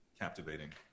captivating